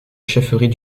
chefferie